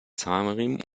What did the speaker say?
zahnriemen